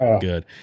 good